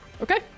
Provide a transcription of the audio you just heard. Okay